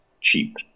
cheap